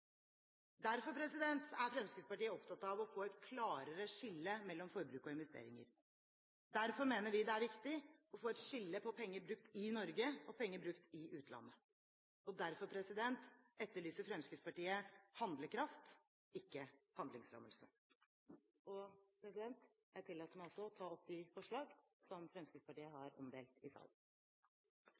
Derfor er Fremskrittspartiet opptatt av å få et klarere skille mellom forbruk og investeringer. Derfor mener vi det er viktig å få et skille på penger brukt i Norge og penger brukt i utlandet. Derfor etterlyser Fremskrittspartiet handlekraft, ikke handlingslammelse. Jeg tillater meg også å ta opp forslagene fra Fremskrittspartiet som er omdelt i salen.